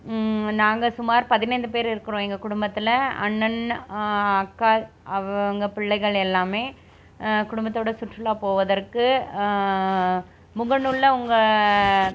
நாங்கள் சுமார் பதினைந்து பேர் இருக்கிறோம் எங்கள் குடும்பத்தில் அண்ணன் அக்கா அவங்க பிள்ளைகள் எல்லாமே குடும்பத்தோடய சுற்றுலா போகிதற்கு முகநூலில் உங்கள்